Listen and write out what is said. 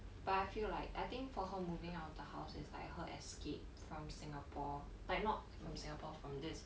but I feel like I think for her moving out of the house is like her escape from singapore but not from singapore from this